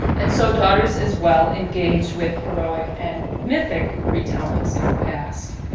and so daughters as well engaged with historic and mythic retelling of the past.